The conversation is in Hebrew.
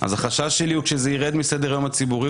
אז החשש שלי הוא כשזה ירד מסדר היום הציבורי,